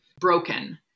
broken